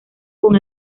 con